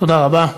תודה רבה.